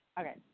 okay